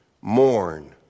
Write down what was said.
mourn